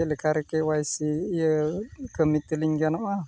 ᱪᱮᱫ ᱞᱮᱠᱟᱨᱮ ᱠᱮᱹ ᱳᱣᱟᱭᱥᱤ ᱤᱭᱟᱹ ᱠᱟᱹᱢᱤ ᱛᱟᱞᱤᱧ ᱜᱟᱱᱚᱜᱼᱟ